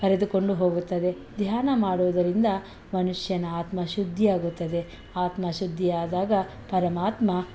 ಕರೆದುಕೊಂಡು ಹೋಗುತ್ತದೆ ಧ್ಯಾನ ಮಾಡುವುದರಿಂದ ಮನುಷ್ಯನ ಆತ್ಮ ಶುದ್ಧಿಯಾಗುತ್ತದೆ ಆತ್ಮ ಶುದ್ಧಿಯಾದಾಗ ಪರಮಾತ್ಮ